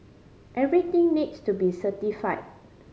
everything needs to be certify